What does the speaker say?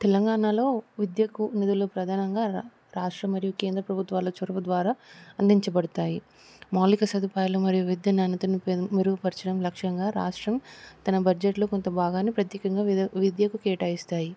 తెలంగాణలో విద్యకు నిధులు ప్రధానంగా రాష్ట్రం మరియు కేంద్ర ప్రభుత్వాల చోరవు ద్వారా అందించబడతాయి మౌలిక సదుపాయాలు మరియు విద్యను అనుదినం మెరుగుపరచడం లక్ష్యంగా రాష్ట్రం తన బడ్జెట్లో కొంత బాగాన్ని ప్రత్యేకంగా వి విద్యకు కేటాయిస్తాయి